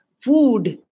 food